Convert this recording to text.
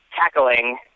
tackling